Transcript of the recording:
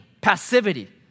passivity